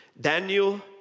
Daniel